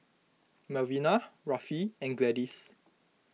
Melvina Rafe and Gladys